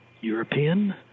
European